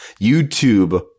YouTube